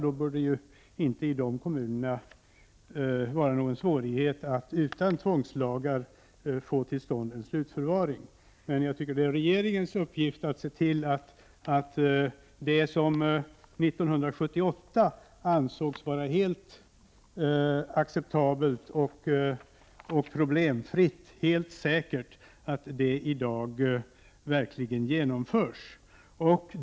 Då borde det inte i dessa kommuner vara någon svårighet att utan tvångslagar få till stånd en slutförvaring. Jag tycker att det är regeringens uppgift att se till att det som 1978 ansågs vara helt acceptabelt och problemfritt, helt säkert, i dag verkligen genomförs.